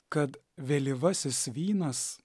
kad vėlyvasis vynas